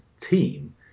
team